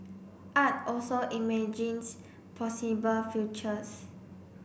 art also imagines possible futures